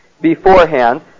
beforehand